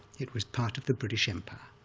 it was part of the british empire.